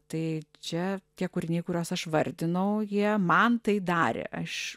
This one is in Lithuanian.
tai čia tie kūriniai kuriuos aš vardinau jie man tai darė aš